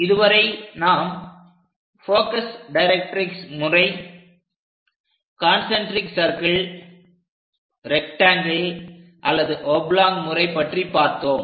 இதுவரை நாம் focus directrix முறை கான்செண்ட்ரிக் சர்க்கிள் ரெக்டாங்கில் அல்லது ஒப்லாங் முறை பற்றி பார்த்தோம்